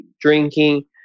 drinking